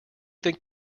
think